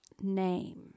name